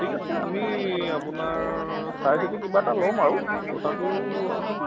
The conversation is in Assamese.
ঠিক আছে আমি আপোনাৰ চাই চিতি কিবা এটা ল'ম আৰু তথাপিও